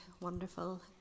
wonderful